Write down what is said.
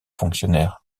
fonctionnaires